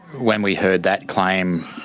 when we heard that claim